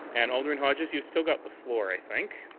and alderman hodges you still got the floor, i think.